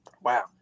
Wow